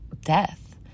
death